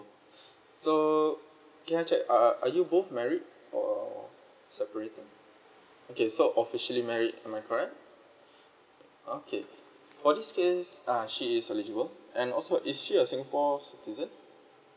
so can I check uh are you both married or separated okay so officially married am I correct okay for this case uh she is eligible and also is she a singapore citizen